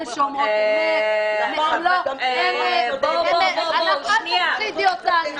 אל תפחידי אותנו.